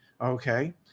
Okay